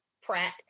Pratt